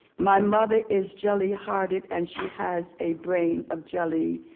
my mother is jelly hearted and she has a brain of jelly.